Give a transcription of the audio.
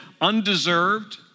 undeserved